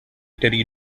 terry